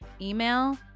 email